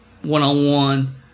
one-on-one